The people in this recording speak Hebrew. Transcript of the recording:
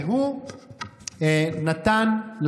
והוא נתן,